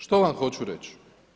Što vam hoću reći?